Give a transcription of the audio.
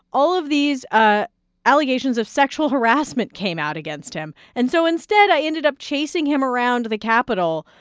all of these ah allegations of sexual harassment came out against him. and so instead, i ended up chasing him around the capitol,